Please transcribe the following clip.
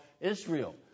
Israel